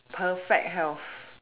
perfect health